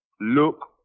look